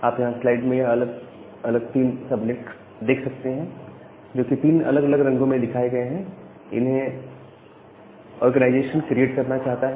आप यहां स्लाइड में यह 3 अलग अलग सबनेट्स देख सकते हैं जो कि 3 अलग अलग रंगों में दिखाए गए हैं इन्हें ऑर्गेनाइजेशन क्रिएट करना चाहता है